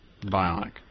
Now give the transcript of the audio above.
bionic